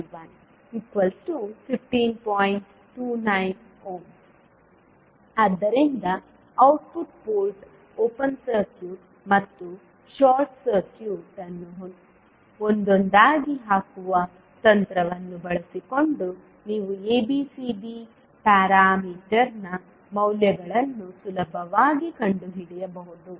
29 ಆದ್ದರಿಂದ output port open circuit ಮತ್ತು short circuit ಅನ್ನು ಒಂದೊಂದಾಗಿ ಹಾಕುವ ತಂತ್ರವನ್ನು ಬಳಸಿಕೊಂಡು ನೀವು ABCD ಪ್ಯಾರಾಮೀಟರ್ನ ಮೌಲ್ಯಗಳನ್ನು ಸುಲಭವಾಗಿ ಕಂಡುಹಿಡಿಯಬಹುದು